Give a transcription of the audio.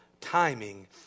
timing